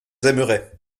aimerez